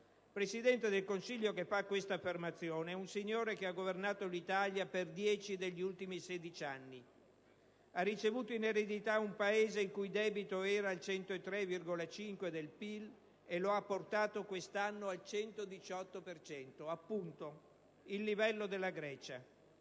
Presidente del Consiglio che fa questa affermazione è un signore che ha governato l'Italia per 10 degli ultimi 16 anni. Egli ha ricevuto in eredità un Paese il cui debito era al 103,5 per cento del PIL e lo ha portato quest'anno al 118 per cento, appunto il livello della Grecia.